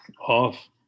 off